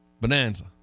Bonanza